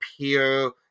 pure